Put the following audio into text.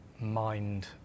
mind